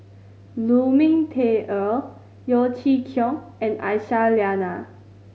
Lu Ming Teh Earl Yeo Chee Kiong and Aisyah Lyana